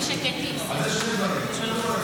שאתמול בוועדה,